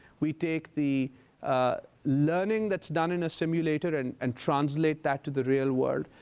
we take the learning that's done in a simulator and and translate that to the real world.